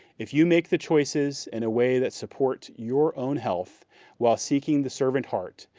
if you make the choices in a way that support your own health while seeking the servant heart,